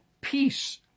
peace